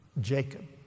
Jacob